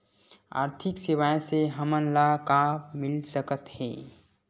आर्थिक सेवाएं से हमन ला का मिल सकत हे?